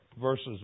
verses